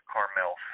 Carmel